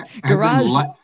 Garage